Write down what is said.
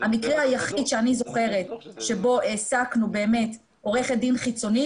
המקרה היחיד שאני זוכרת שבו העסקנו באמת עורכת דין חיצונית